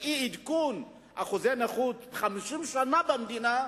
של אי-עדכון אחוזי הנכות במשך 50 שנה במדינה,